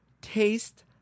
taste